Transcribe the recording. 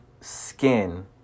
skin